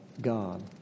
God